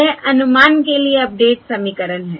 यह अनुमान के लिए अपडेट समीकरण है